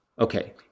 Okay